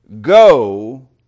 go